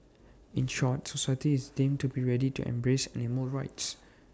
in short society is deemed to be ready to embrace animal rights